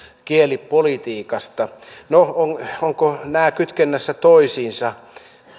kielipolitiikasta no ovatko nämä kytkennässä toisiinsa